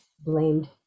blamed